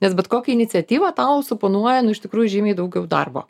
nes bet kokia iniciatyva tau suponuoja nu iš tikrųjų žymiai daugiau darbo